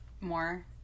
more